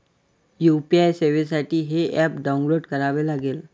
UPI सेवेसाठी हे app download करावे लागेल